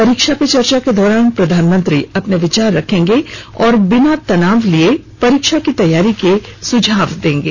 परीक्षा पे चर्चा के दौरान प्रधानमंत्री अपने विचार रखेंगे और बिना तनाव लिए परीक्षाओं की तैयारी के सुझाव देंगे